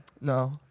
No